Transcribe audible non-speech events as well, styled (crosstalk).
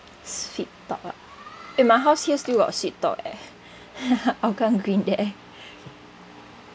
Sweet Talk ah eh my house here still got Sweet Talk eh (laughs) Hougang green there